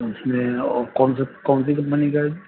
اس میں کون سے کون سی کمپنی کا ہے